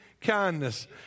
kindness